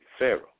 Pharaoh